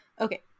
Okay